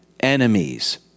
enemies